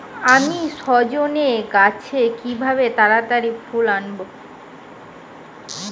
আমি সজনে গাছে কিভাবে তাড়াতাড়ি ফুল আনব?